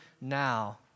now